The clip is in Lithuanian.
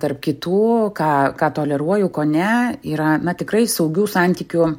tarp kitų ką ką toleruoju ko ne yra tikrai saugių santykių